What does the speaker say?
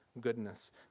goodness